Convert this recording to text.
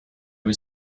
was